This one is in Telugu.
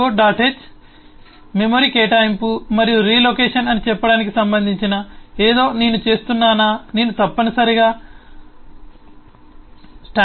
h మెమరీ కేటాయింపు మరియు రీలోకేషన్ అని చెప్పడానికి సంబంధించిన ఏదో నేను చేస్తున్నానా నేను తప్పనిసరిగా standardlib